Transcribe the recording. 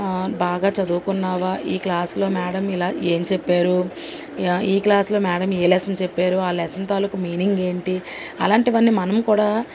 బాగా చదువుకున్నావా ఈ క్లాసులో మేడం ఇలా ఏమి చెప్పారు ఈ క్లాసులో మేడం ఏ లెసన్ చెప్పారు ఆ లెసన్ తాలుకు మీనింగ్ ఏంటి అలాంటివి అన్నీ మనం కూడా